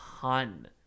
ton